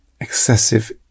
excessive